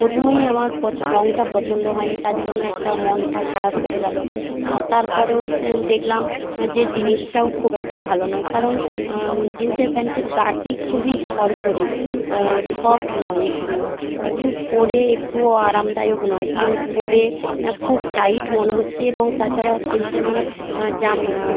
প্রথমেই আমার পচ রংটা পছন্দ হয়নি তার জন্য একটা মনটা খারাপ হয়ে গেল তারপরেও দেখলাম যে জিনিসটাও খুব একটা ভালো নয় কারণ জিন্সের প্যান্টের গাটি খুবই খড়খড়ি সফট নয় একটুও একিন পরে একটুও আরামদায়ক নয় পরে খুব টাইট মনে হচ্ছে এবং তাছাড়া জিন্সের মানে জামা